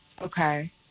Okay